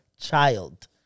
child